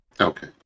Okay